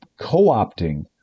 co-opting